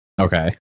okay